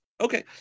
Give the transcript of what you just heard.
Okay